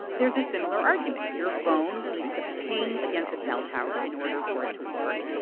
there's a similar argument. your phone needs to ping against a cell tower in order for it to work.